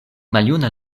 maljuna